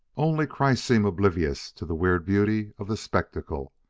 only kreiss seemed oblivious to the weird beauty of the spectacle.